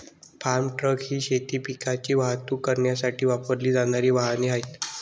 form truck ही शेती पिकांची वाहतूक करण्यासाठी वापरली जाणारी वाहने आहेत